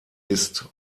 ist